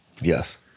yes